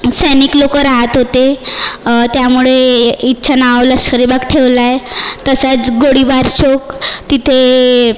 सैनिक लोकं राहत होते त्यामुळे हिचं नाव लष्करी भाग ठेवलं आहे तसंच गोळीबार चौक तिथे